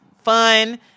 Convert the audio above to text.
fun